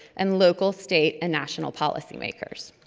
and local, state, and national policymakers.